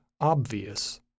obvious